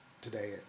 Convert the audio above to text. today